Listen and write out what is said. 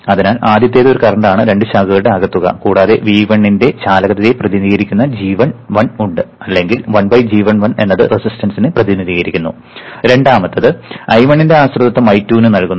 അതിനാൽ ആദ്യത്തേത് ഒരു കറന്റാണ് രണ്ട് ശാഖകളുടെ ആകെത്തുക കൂടാതെ നമുക്ക് V1 ന്റെ ചാലകതയെ പ്രതിനിധീകരിക്കുന്ന g11 ഉണ്ട്അല്ലെങ്കിൽ 1g11 എന്നത് റെസിസ്റ്റൻസ് പ്രതിനിധീകരിക്കുന്നു രണ്ടാമത്തേത് I1 ന്റെ ആശ്രിതത്വം I2 നൽകുന്നു